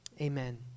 Amen